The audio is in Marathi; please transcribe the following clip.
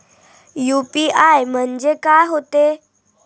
यू.पी.आय म्हणजे का होते?